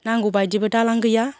नांगौबादिबो दालां गैया